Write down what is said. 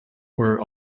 were